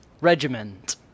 Regiment